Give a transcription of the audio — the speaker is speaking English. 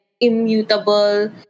immutable